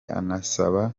anabasaba